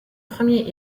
premiers